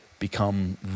become